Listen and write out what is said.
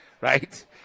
Right